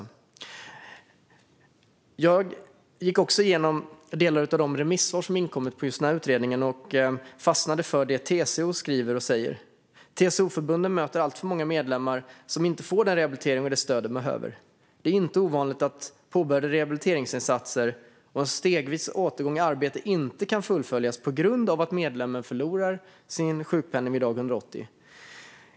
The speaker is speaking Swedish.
Jag har också gått igenom delar av de remissvar som inkommit på den här utredningen. Jag fastnade för det som TCO skriver och säger. TCO-förbunden möter alltför många medlemmar som inte får den rehabilitering och det stöd de behöver. Det är inte ovanligt att påbörjade rehabiliteringsinsatser och en stegvis återgång i arbete inte kan fullföljas på grund av att medlemmen förlorar sin sjukpenning vid dag 180.